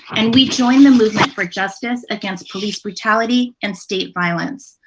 and we join the movement for justice against police brutality and state violence.